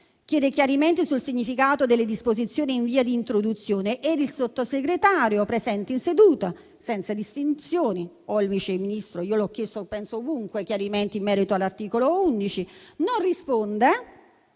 chiede chiarimenti sul significato delle disposizioni in via di introduzione ed il Sottosegretario presente in seduta senza distinzioni, o il Vice Ministro - io ho chiesto ovunque chiarimenti in merito all'articolo 11 - non risponde